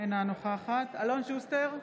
אינה נוכחת אלון שוסטר,